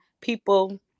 people